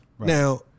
Now